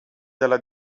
dalla